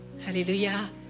Hallelujah